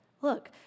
Look